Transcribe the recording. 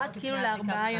אחת לארבעה ימים.